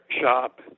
shop